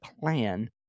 plan